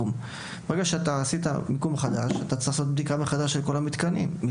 ברגע שעשית מיקום חדש אתה צריך לעשות בדיקה מחדש של כל המתקנים.